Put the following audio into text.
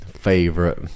favorite